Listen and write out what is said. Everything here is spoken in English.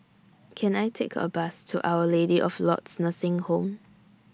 Can I Take A Bus to Our Lady of Lourdes Nursing Home